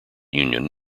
union